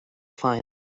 final